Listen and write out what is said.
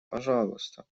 пожалуйста